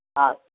ಹಾಂ